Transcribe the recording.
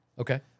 Okay